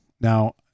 Now